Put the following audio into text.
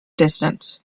distance